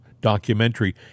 documentary